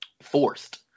forced